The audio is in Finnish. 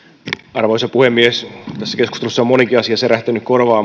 arvoisa puhemies tässä keskustelussa on monikin asia särähtänyt korvaan